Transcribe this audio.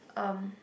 um